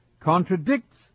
contradicts